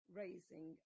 raising